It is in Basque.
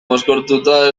mozkortuta